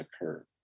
occur